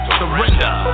surrender